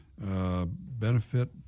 benefit